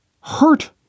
hurt